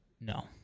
No